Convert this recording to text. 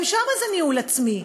גם שם זה ניהול עצמי.